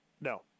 No